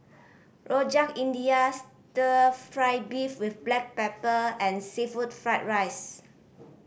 Rojak India Stir Fry beef with black pepper and seafood fried rice